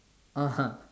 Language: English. (uh huh)